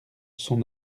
son